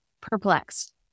perplexed